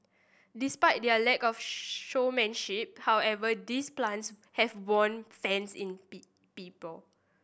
despite their lack of showmanship however these plants have won fans in be people